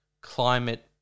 climate